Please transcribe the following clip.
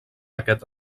aquest